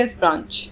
branch